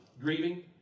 grieving